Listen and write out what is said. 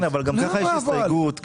כן, אבל גם ככה יש הסתייגות.